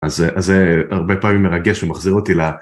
אז זה, אז זה הרבה פעמים מרגש, ומחזיר אותי ל...